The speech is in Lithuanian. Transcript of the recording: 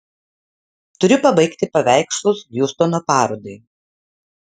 turiu pabaigti paveikslus hjustono parodai